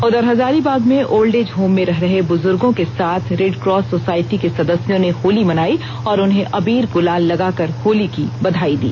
उधर हजारीबाग में old age home में रह रहे ब्रजुर्गो के साथ रेड कास सोसाइटी के सदस्यों ने होली मनाई और उन्हें अबीर गुलाल लगाकर होली की बधाई दी